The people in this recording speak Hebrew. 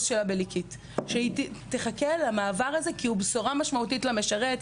שלה בליקית; שהיא תחכה למעבר הזה כי הוא בשורה משמעותית למשרת,